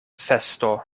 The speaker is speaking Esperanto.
festo